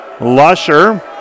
Lusher